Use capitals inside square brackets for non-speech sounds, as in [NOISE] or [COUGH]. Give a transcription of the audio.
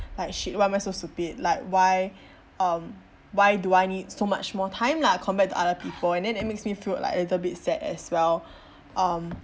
like shit why am I so stupid like why [BREATH] um why do I need so much more time lah compared to other people and then it makes me feel like a little bit sad as well [BREATH] um